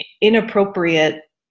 inappropriate